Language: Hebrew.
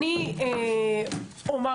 קודם כול אני רוצה להגיד